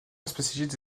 spécialiste